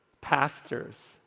pastors